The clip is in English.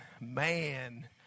Man